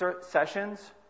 sessions